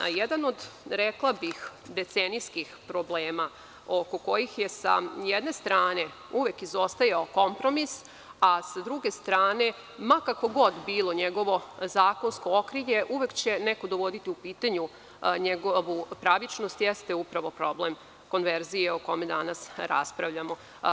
Jedan od, rekla bih, decenijskih problema oko kojih je sa jedne strane uvek izostajao kompromis, a sa druge strane ma kako god bilo njegovo zakonsko okrilje, uvek će neko dovoditi u pitanje njegovu pravičnost, jeste upravo problem konverzije o kome danas raspravljamo.